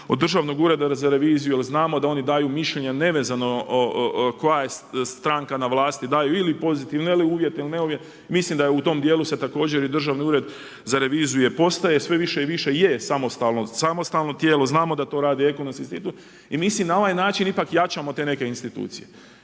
do Državnog ureda za reviziju, jer znamo da oni daju mišljenja nezavezano koja je stranka na vlasti, daju pozitivne ili …/Govornik se ne razumije./… mislim da je u tom dijelu se također Državni ured za reviziju je postaje sve više i više je samostalno tijelo. Znamo da to radi Ekonomski institut i mi si na ovaj način ipak jačamo te neke institucije